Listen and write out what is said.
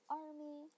army